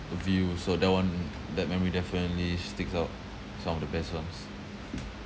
the view so that one that memory definitely sticks out some of the best ones